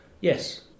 Yes